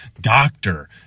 Doctor